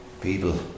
people